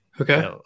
Okay